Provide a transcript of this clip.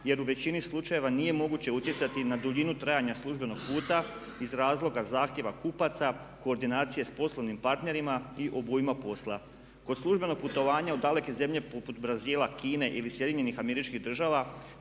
jer u većini slučajeva nije moguće utjecati na duljinu trajanja službenog puta iz razloga zahtjeva kupaca, koordinacije s poslovnim partnerima i obujma posla. Kod službenog putovanja u daleke zemlje poput Brazila, Kine ili SAD-a cijena avionske karte